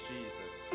Jesus